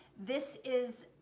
this is